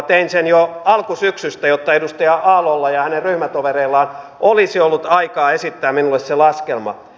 tein sen jo alkusyksystä jotta edustaja aallolla ja hänen ryhmätovereillaan olisi ollut aikaa esittää minulle se laskelma